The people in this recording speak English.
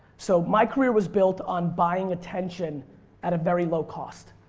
so my career was built on buying attention at a very low cost.